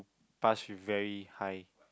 pass with very high